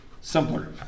simpler